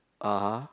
(uh huh)